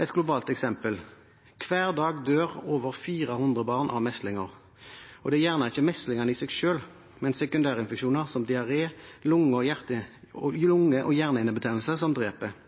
Et globalt eksempel: Hver dag dør over 400 barn av meslinger, og det er gjerne ikke meslingene i seg selv, men sekundærinfeksjoner som diaré, lunge- og